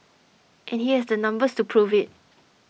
and he has the numbers to prove it